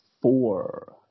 four